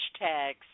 hashtags